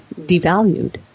devalued